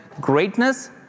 greatness